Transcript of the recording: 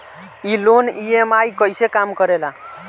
ई loan EMI कईसे काम करेला?